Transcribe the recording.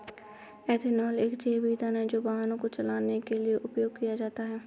ethanol एक जैव ईंधन है और वाहनों को चलाने के लिए उपयोग किया जाता है